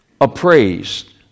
appraised